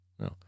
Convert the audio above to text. No